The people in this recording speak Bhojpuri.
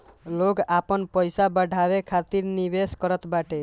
लोग आपन पईसा बढ़ावे खातिर निवेश करत बाटे